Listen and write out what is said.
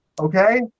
Okay